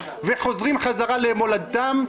וחוזרים חזרה למולדתם.